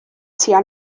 tua